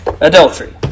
Adultery